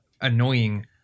annoying